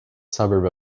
suburb